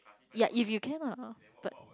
ya if you can lah but